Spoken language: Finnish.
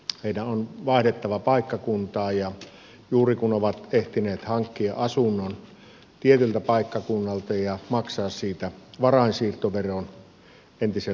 heidän on vaihdettava paikkakuntaa ja juuri kun ovat ehtineet hankkia asunnon tietyltä paikkakunnalta ja maksaa siitä varainsiirtoveron entisen leimaveron heidät pakkosiirretään